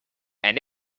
and